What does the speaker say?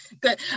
Good